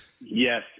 yes